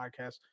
podcast